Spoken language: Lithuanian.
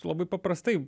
labai paprastai